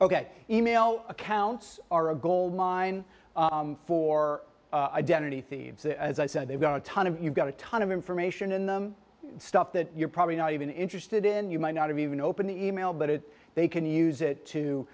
ok e mail accounts are a gold mine for identity thieves as i said they've got a ton of you've got a ton of information in them stuff that you're probably not even interested in you might not even open the e mail but it they can use it to